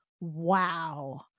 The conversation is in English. wow